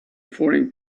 foreign